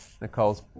Nicole's